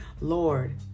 Lord